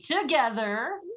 together